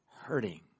hurting